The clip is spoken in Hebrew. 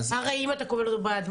הרי אם אתה כובל אותו ביד,